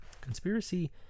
Conspiracy